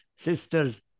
sisters